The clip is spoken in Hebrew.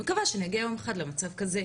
מקווה שנגיע יום אחד למצב כזה,